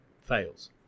fails